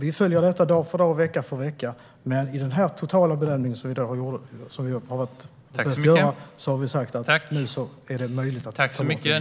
Vi följer detta dag för dag och vecka för vecka, men efter vår totalbedömning anser vi att det är möjligt att ta bort id-kontrollerna.